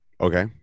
Okay